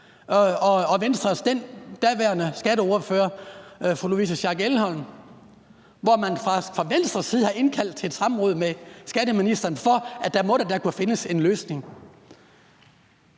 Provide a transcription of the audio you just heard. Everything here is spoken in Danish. med Venstres daværende skatteordfører, fru Louise Schack Elholm. Man havde fra Venstres side indkaldt til et samråd med skatteministeren, fordi man mente, at der da måtte kunne findes en løsning.